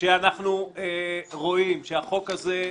שאנחנו רואים שהחוק הזה,